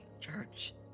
church